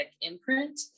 imprint